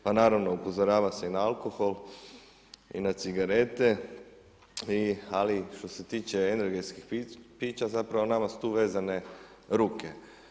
Pa naravno, upozorava se i na alkohol i na cigarete, ali što se tiče energetskih pića, zapravo, nama su tu vezane ruke.